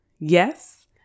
yes